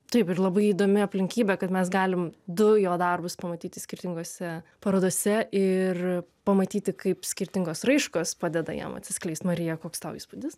taip ir labai įdomi aplinkybė kad mes galim du jo darbus pamatyti skirtingose parodose ir pamatyti kaip skirtingos raiškos padeda jam atsiskleist marija koks tau įspūdis